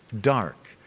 dark